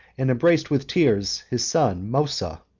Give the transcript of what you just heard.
and embraced with tears his son mousa,